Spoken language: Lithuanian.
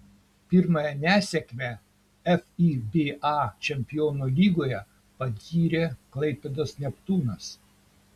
pirmąją nesėkmę fiba čempionų lygoje patyrė klaipėdos neptūnas